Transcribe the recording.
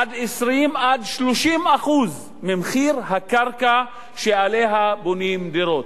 עד 20%, עד 30% ממחיר הקרקע שעליה בונים דירות.